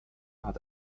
hat